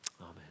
Amen